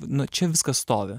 nu čia viskas stovi